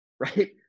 Right